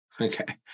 Okay